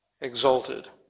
exalted